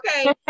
okay